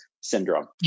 syndrome